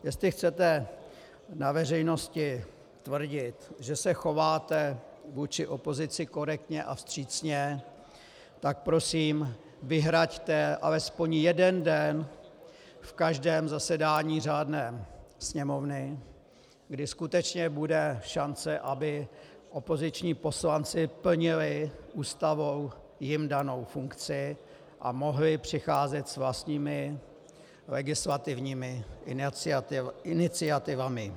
Jestli chcete na veřejnosti tvrdit, že se chováte vůči opozici korektně a vstřícně, tak prosím vyhraďte alespoň jeden den v každém řádném zasedání Sněmovny, kdy skutečně bude šance, aby opoziční poslanci plnili Ústavou jim danou funkci a mohli přicházet s vlastními legislativními iniciativami.